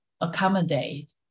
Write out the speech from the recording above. accommodate